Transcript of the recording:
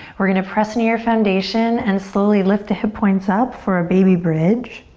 we're gonna press into your foundation and slowly lift the hip points up for a baby bridge.